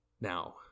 Now